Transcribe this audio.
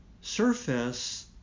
surface